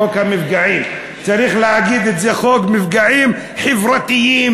חוק המפגעים, צריך לקרוא לזה חוק מפגעים חברתיים,